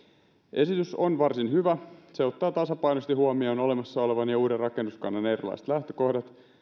esitys on varsin hyvä se ottaa tasapainoisesti huomioon olemassa olevan ja uuden rakennuskannan erilaiset lähtökohdat